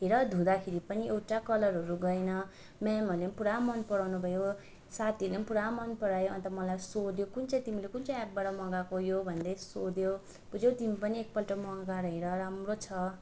हेर धुँदाखेरि पनि एउटा कलरहरू गएन मेमहरूले पूरा मन पराउनु भयो साथीहरूले पनि पूरा मन परायो अन्त मलाई सोध्यो कुन चाहिँ तिमीले कुन चाहिँ एपबाट मगाएको यो भन्दै सोध्यो बुझ्यौ तिमी पनि एकपल्ट मगाएर हेर राम्रो छ